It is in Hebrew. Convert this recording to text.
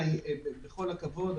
עוד מישהו רוצה להתייחס?